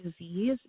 disease